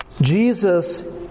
Jesus